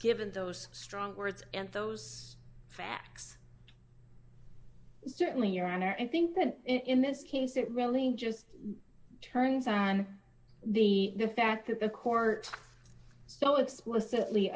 given those strong words and those facts certainly your honor i think that in this case it really just turns on the fact that the court so explicitly